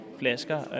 flasker